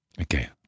Okay